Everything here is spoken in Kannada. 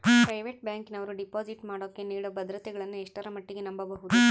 ಪ್ರೈವೇಟ್ ಬ್ಯಾಂಕಿನವರು ಡಿಪಾಸಿಟ್ ಮಾಡೋಕೆ ನೇಡೋ ಭದ್ರತೆಗಳನ್ನು ಎಷ್ಟರ ಮಟ್ಟಿಗೆ ನಂಬಬಹುದು?